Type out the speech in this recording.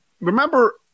remember